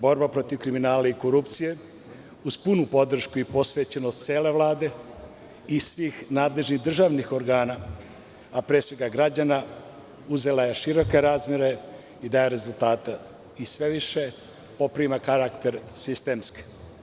Borba protiv kriminala i korupcije, uz punu podršku i posvećenost cele Vlade i svih nadležnih državnih organa, a pre svega građana, uzela je široke razmere i daje rezultata i sve više poprima karakter sistemske.